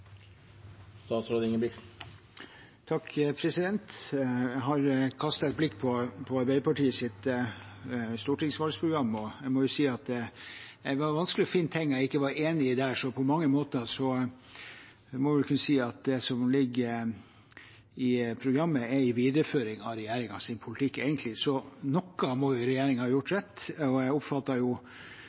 Jeg har kastet et blikk på Arbeiderpartiets stortingsvalgprogram, og jeg må si at det var vanskelig å finne ting jeg ikke var enig i der. På mange måter må jeg kunne si at det som ligger i programmet, egentlig er en videreføring av regjeringens politikk. Så noe må regjeringen ha gjort rett, og jeg oppfatter